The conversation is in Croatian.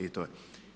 I to je.